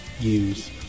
use